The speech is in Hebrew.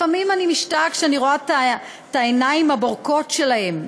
לפעמים אני משתאה כשאני רואה את העיניים הבורקות שלהם,